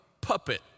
puppet